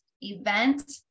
event